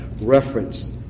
reference